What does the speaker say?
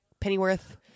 Pennyworth